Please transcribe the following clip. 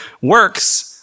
works